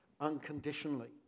unconditionally